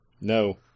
No